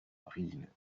marine